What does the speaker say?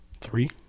Three